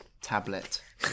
tablet